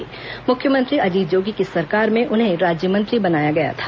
पूर्व मुख्यमंत्री अजीत जोगी की सरकार में उन्हें राज्य मंत्री बनाया गया था